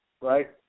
right